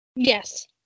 Yes